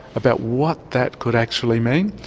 about what that could actually mean.